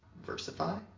Versify